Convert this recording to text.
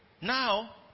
Now